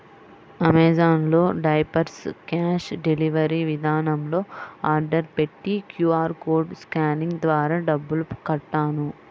Amazon లో diapers cash delivery విధానంలో order పెట్టి క్యూ.ఆర్ కోడ్ స్కానింగ్ ద్వారా డబ్బులు కట్టాను